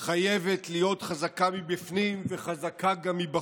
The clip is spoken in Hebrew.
חייבת להיות חזקה מבפנים וחזקה גם מבחוץ.